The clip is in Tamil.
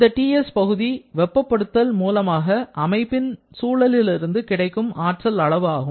இந்த TS பகுதி வெப்பப்படுத்தல் மூலமாக அமைப்பின் சூழலில் இருந்து கிடைக்கும் ஆற்றல் அளவு ஆகும்